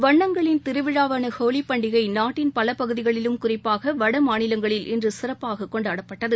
வண்ணங்களின் திருவிழாவானஹோலிபண்டிகைநாட்டின் பலபகுதிகளிலும் குறிப்பாகவடமாநிலங்களில் இன்றுசிறப்பாககொண்டாடப்பட்டது